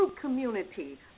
community